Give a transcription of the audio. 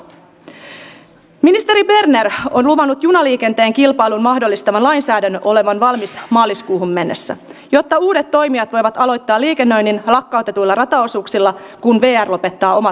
ministeri berner on luvannut junaliikenteen kilpailun mahdollistavan lainsäädännön olevan valmis maaliskuuhun mennessä jotta uudet toimijat voivat aloittaa liikennöinnin lakkautetuilla rataosuuksilla kun vr lopettaa omat vuoronsa